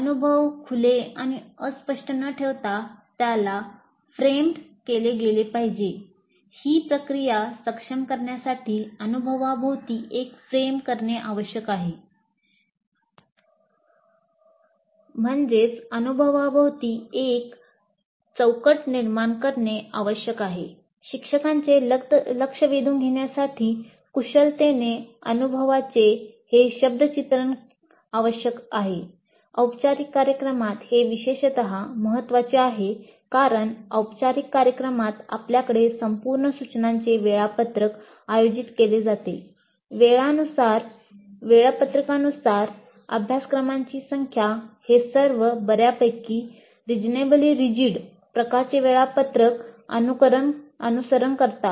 अनुभव खुले आणि अस्पष्ट न ठेवता त्याला फ्रेम्ड प्रकारचे वेळापत्रक अनुसरण करतात